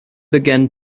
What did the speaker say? began